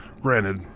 Granted